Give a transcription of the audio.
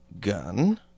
gun